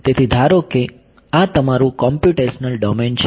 તેથી ધારો કે આ તમારું કોમ્પ્યુટેશનલ ડોમેન છે